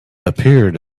appeared